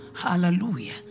Hallelujah